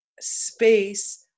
space